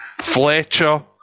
Fletcher